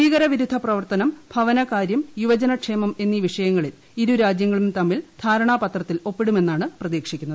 ഭീകരവിരുദ്ധ പ്രവർത്തനം ഭവനകാര്യം യുവജനക്ഷേമം എന്നീ വിഷയങ്ങളിൽ ഇരുരാജ്യങ്ങളും തമ്മിൽ ധാരണാ പത്രത്തിൽ ഒപ്പിടുമെന്നാണ് പ്രതീക്ഷിക്കുന്നത്